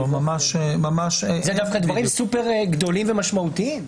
זה דווקא דברים סופר גדולים ומשמעותיים.